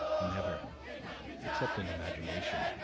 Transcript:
never except in imagination,